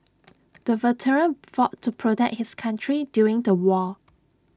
the veteran fought to protect his country during the war